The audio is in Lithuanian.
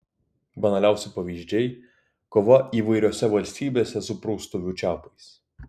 banaliausi pavyzdžiai kova įvairiose valstybėse su praustuvių čiaupais